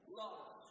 love